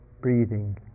breathing